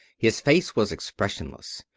his face was expressionless.